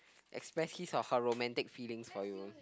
express his or her romantic feeling for you